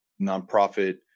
nonprofit